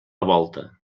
volta